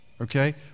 okay